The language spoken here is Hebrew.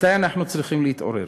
מתי אנחנו צריכים להתעורר?